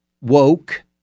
woke